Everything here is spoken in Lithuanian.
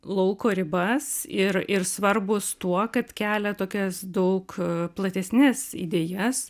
lauko ribas ir ir svarbūs tuo kad kelia tokias daug platesnes idėjas